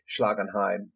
Schlagenheim